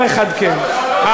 לא,